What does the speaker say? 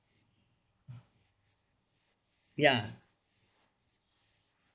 ya